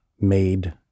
made